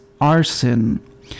arson